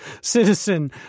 citizen